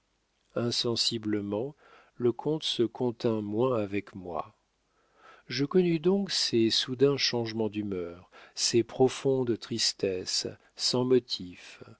insensiblement le comte se contint moins avec moi je connus donc ses soudains changements d'humeur ses profondes tristesses sans motif